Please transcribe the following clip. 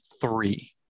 three